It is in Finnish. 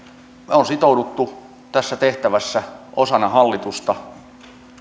olemme sitoutuneet tässä tehtävässä osana hallitusta